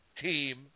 team